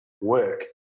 work